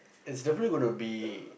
it's definitely gonna be